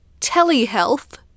telehealth